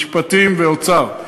משפטים ואוצר.